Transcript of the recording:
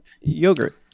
yogurt